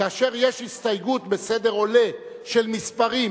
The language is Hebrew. כאשר יש הסתייגות בסדר עולה של מספרים,